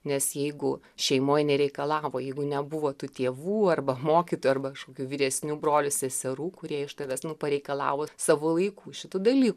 nes jeigu šeimoj nereikalavo jeigu nebuvo tų tėvų arba mokytojų arba kažkokių vyresnių brolių seserų kurie iš tavęs nu pareikalavo savo laiku šitų dalykų